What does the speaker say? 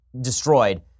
destroyed